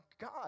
God